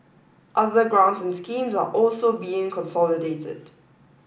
other grants and schemes are also being consolidated